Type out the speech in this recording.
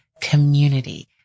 Community